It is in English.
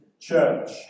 church